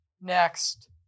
next